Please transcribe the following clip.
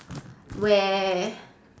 where